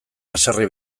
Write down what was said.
haserre